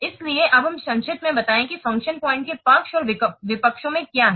इसलिए अब हमें संक्षेप में बताएं कि फंक्शन पॉइंट्स के पक्ष और विपक्षों में क्या है